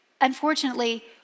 unfortunately